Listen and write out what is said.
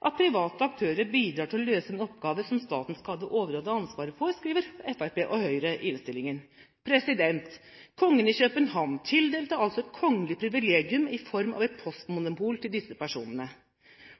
at private aktører bidrar til å løse en oppgave som staten skal ha det overordnede ansvaret for.» Dette skriver altså Fremskrittspartiet og Høyre i innstillingen. Kongen i København tildelte altså et kongelig privilegium i form av et postmonopol til disse personene.